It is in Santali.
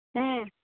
ᱦᱮᱸ